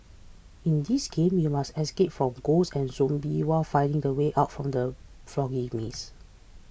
in this game you must escape from ghosts and zombies while finding the way out from the foggy maze